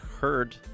heard